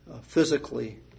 physically